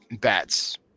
bats